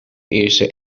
eerste